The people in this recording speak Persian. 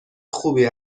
خوبی